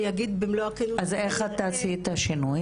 אני אגיד במלוא הכנות --- אז איך את תעשי את השינוי?